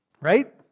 Right